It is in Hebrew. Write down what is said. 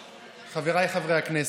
חבריי חברי הכנסת,